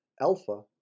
Alpha